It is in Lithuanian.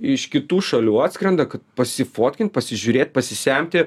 iš kitų šalių atskrenda pasifotkint pasižiūrėt pasisemti